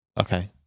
okay